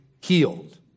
healed